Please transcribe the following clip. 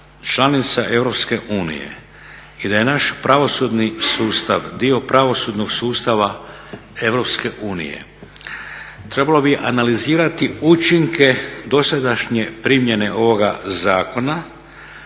članica EU i da je naš pravosudni sustav dio pravosudnog sustava EU trebalo bi analizirati učinke dosadašnje primjene ovoga zakona